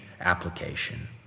application